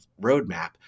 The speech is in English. Roadmap